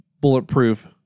bulletproof